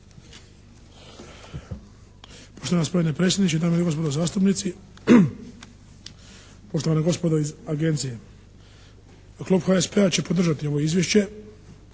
poštovana gospodo iz Agencije. Klub HSP-a će podržati ovo Izvješće,